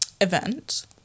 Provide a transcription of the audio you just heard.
Event